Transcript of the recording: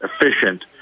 efficient